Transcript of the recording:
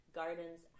gardens